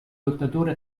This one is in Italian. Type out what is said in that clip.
lottatore